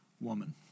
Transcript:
woman